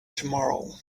tomorrow